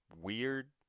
weird